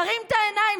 תרים את העיניים.